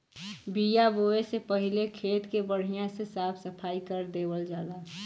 बिया बोये से पहिले खेत के बढ़िया से साफ सफाई कर देवल जाला